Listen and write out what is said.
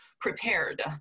prepared